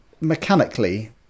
mechanically